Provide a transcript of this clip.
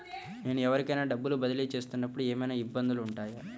నేను ఎవరికైనా డబ్బులు బదిలీ చేస్తునపుడు ఏమయినా ఇబ్బందులు వుంటాయా?